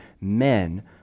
men